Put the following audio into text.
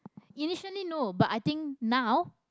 initially no but i think now